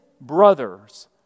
brothers